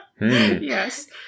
yes